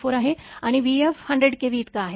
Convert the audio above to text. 1994 आहे आणि vf 100 kV इतका आहे